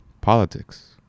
politics